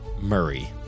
Murray